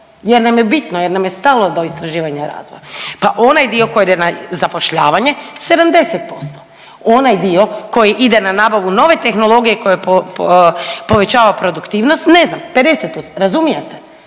jer nam je bitno, jer nam je stalo do istraživanja i razvoja, pa onaj dio koji ide na zapošljavanje, 70%, onaj dio koji ide na nabavu nove tehnologije koja povećava produktivnost, ne znam, 50%, razumijete?